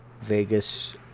Vegas